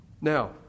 Now